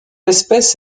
espèce